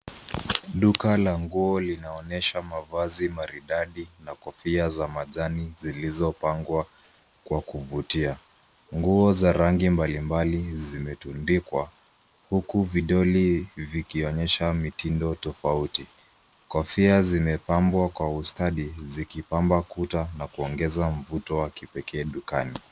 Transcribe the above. Duka la nguo linaonyesha mavazi maridadi na kofia za majani zilizo pangwa kwa kuvutia. Nguo za rangi mbalimbali zimetundikwa huku vidoli vikionyesha mitindo tofauti. Kofia zime pambwa kwa ustadi zikipamba kuta na kuongeza mvuto wa kipeke dukani.